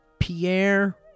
Pierre